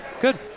Good